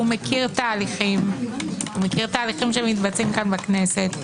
הוא מכיר תהליכים שמתבצעים פה בכנסת.